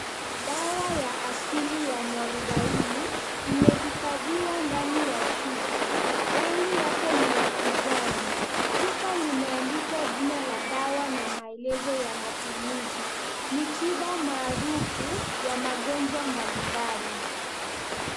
Dawa ya asili ya mwarubaini imehifadhiwa ndani ya chupa, rangi yake ni ya kijani, chupa limeandikwa jina la dawa na maelezo ya matumizi, ni tiba maarufu ya magonjwa mbalimbali.